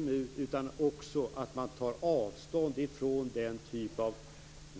Man tar också avstånd från den typ av